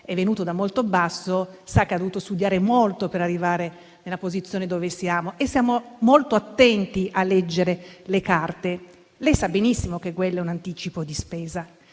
è venuto da molto in basso avendo dovuto studiare molto per arrivare alla posizione in cui si trova è molto attento a leggere le carte. Lei sa benissimo che quello è un anticipo di spesa,